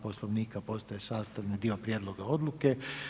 Poslovnika postaje sastavni dio prijedloga odluke.